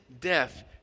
death